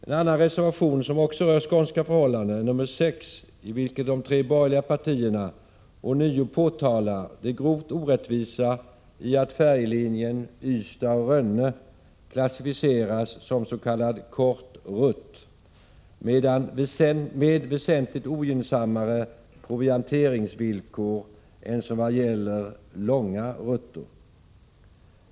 En annan reservation som också rör skånska förhållanden är reservation nr 6, i vilken de tre borgerliga partierna ånyo påtalar det grovt orättvisa i att färjelinjen Ystad—-Rönne klassificeras som ”kort rutt” med väsentligt ogynnsammare provianteringsvillkor än de som gäller för ”långa rutter”.